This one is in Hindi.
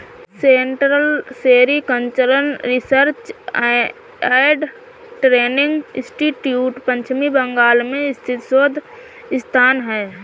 central sericultural research and training institute पश्चिम बंगाल में स्थित शोध संस्थान है